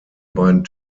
beiden